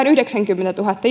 yhdeksänkymmentätuhatta